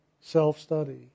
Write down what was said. self-study